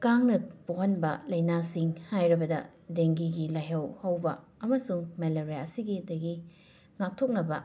ꯀꯥꯡꯅ ꯄꯣꯛꯍꯟꯕ ꯂꯥꯏꯅꯥꯁꯤꯡ ꯍꯥꯏꯔꯕꯗ ꯗꯦꯡꯒꯤꯒꯤ ꯂꯥꯏꯍꯧ ꯍꯧꯕ ꯑꯃꯁꯨꯡ ꯃꯦꯂꯦꯔꯤꯌꯥ ꯑꯁꯤꯒꯤꯗꯒꯤ ꯉꯥꯛꯊꯣꯛꯅꯕ